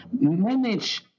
Manage